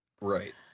Right